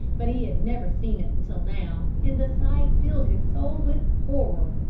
but he had never seen it until now, and the sight filled his soul with horror.